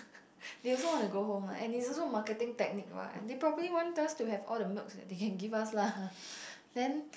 they also want to go home what and also marketing technique what they properly want us to have all the milk they can give us lah then